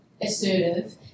assertive